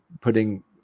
putting